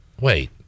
Wait